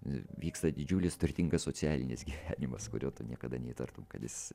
vyksta didžiulis turtingas socialinis gyvenimas kurio tu niekada neįtartum kad jis